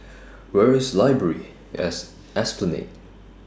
Where IS Library At Esplanade